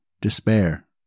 despair